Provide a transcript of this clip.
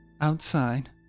outside